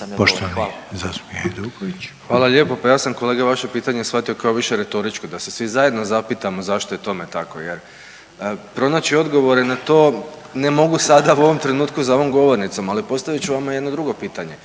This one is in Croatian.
Domagoj (Nezavisni)** Hvala lijepo. Pa ja sam kolega vaše pitanje shvatio kao više retoričko da se svi zajedno zapitamo zašto je tome tako jer pronaći odgovore na to ne mogu sada u ovom trenutku za ovom govornicom. Ali postavit ću vama jedno drugo pitanje,